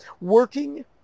Working